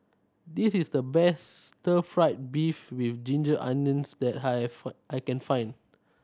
this is the best Stir Fry beef with ginger onions that I have I can find